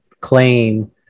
claim